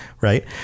Right